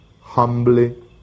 humbly